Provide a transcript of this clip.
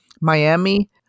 Miami